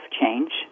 change